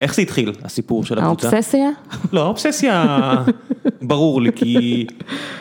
איך התחיל הסיפור של... האובססיה? לא, האובססיה ברור לי כי...